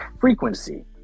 frequency